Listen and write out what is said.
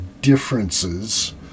differences